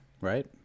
right